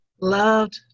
Loved